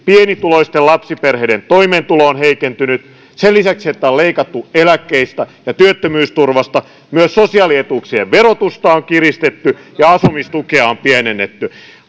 pienituloisten lapsiperheiden toimeentulo on heikentynyt sen lisäksi että on leikattu eläkkeistä ja työttömyysturvasta myös sosiaalietuuksien verotusta on kiristetty ja asumistukea on pienennetty